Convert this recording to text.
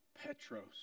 Petros